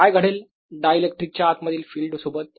काय घडेल डायइलेक्ट्रिकच्या आत मधील फिल्ड सोबत